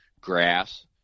grass